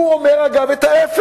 הוא אומר, אגב, את ההיפך,